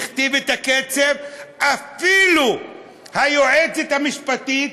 הכתיב את הקצב, ואפילו היועצת המשפטית,